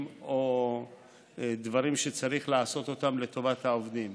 או בדברים שצריך לעשות לטובת העובדים.